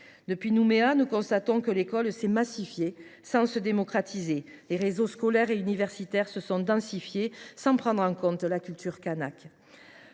Depuis Nouméa, nous constatons que l’école s’est massifiée sans se démocratiser. Les réseaux scolaires et universitaires se sont densifiés sans prendre en compte la culture kanake.